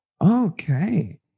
Okay